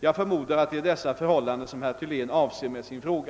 Jag förmodar att det är dessa förhållanden som herr Thylén avser med sin fråga.